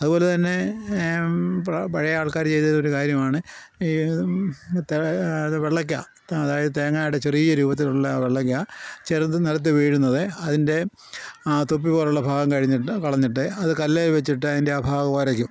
അതുപോലെ തന്നെ പഴയ ആൾക്കാർ ചെയ്ത ഒരു കാര്യമാണ് ഈ അത് വെള്ളക്ക അതായത് തേങ്ങായുടെ ചെറിയ രൂപത്തിലുള്ള വെള്ളക്ക ചെറുത് നിലത്ത് വീഴുന്നത് അതിൻ്റെ ആ തൊപ്പി പോലുള്ള ഭാഗം കഴിഞ്ഞിട്ട് കളഞ്ഞിട്ട് അത് കല്ലേൽ വെച്ചിട്ട് അതിൻ്റെ ആ ഭാഗം ഒരക്കും